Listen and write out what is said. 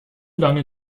lange